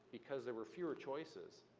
because there were fewer choices.